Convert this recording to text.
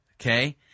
Okay